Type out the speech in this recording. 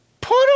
Put